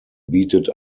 bietet